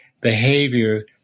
behavior